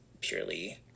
purely